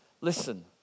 Listen